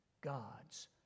God's